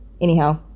anyhow